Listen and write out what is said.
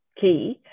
key